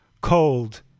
cold